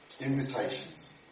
Invitations